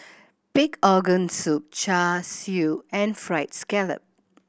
pig organ soup Char Siu and Fried Scallop